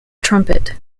trumpet